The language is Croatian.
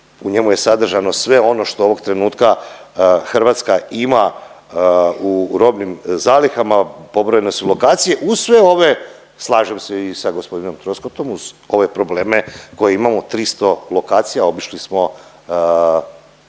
u njemu je sadržano sve ono što ovog trenutka Hrvatska ima u robnim zalihama, pobrojene su lokacije uz sve ove, slažem se i sa gospodinom Troskotom, uz ove probleme koje imamo 300 lokacija, obišli smo